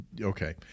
Okay